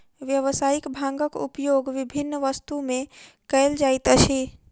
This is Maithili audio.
व्यावसायिक भांगक उपयोग विभिन्न वस्तु में कयल जाइत अछि